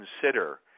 consider